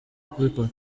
kubikora